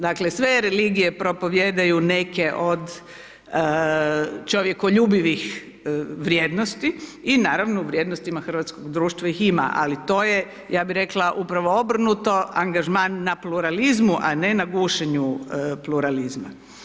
Dakle, sve religije propovijedaju neke od čovjekoljubivih vrijednosti i naravno u vrijednostima hrvatskog društva ih ima, ali to je ja bih rekla, obrnuto, angažman na pluralizmu, a ne na gušenju pluralizma.